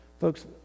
folks